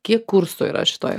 kiek kursų yra šitoj